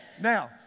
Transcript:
Now